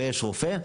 לבין רופא.